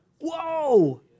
Whoa